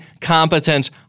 competent